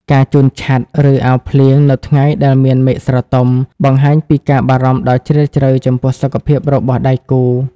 ការជូនឆ័ត្រ ឬអាវភ្លៀងនៅថ្ងៃដែលមានមេឃស្រទុំ បង្ហាញពីការបារម្ភដ៏ជ្រាលជ្រៅចំពោះសុខភាពរបស់ដៃគូ។